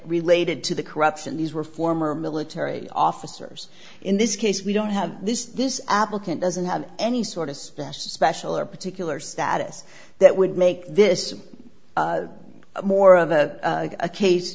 related to the corruption these were former military officers in this case we don't have this this applicant doesn't have any sort of special special or particular status that would make this more of a